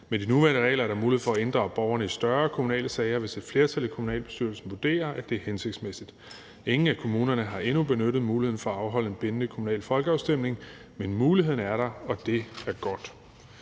Med de nuværende regler er der mulighed for at inddrage borgerne i større kommunale sager, hvis et flertal i kommunalbestyrelsen vurderer, at det er hensigtsmæssigt. Ingen af kommunerne har endnu benyttet muligheden for at afholde en bindende kommunal folkeafstemning, men muligheden er der, og det er godt.